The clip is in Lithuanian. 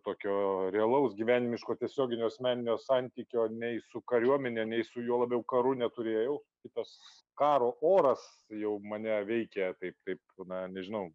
tokio realaus gyvenimiško tiesioginio asmeninio santykio nei su kariuomene nei su juo labiau karu neturėjau tai tas karo oras jau mane veikia taip taip na nežinau